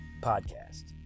podcast